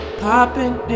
popping